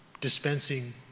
dispensing